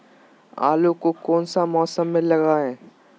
आलू को कौन सा मौसम में लगाए?